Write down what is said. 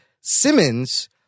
Simmons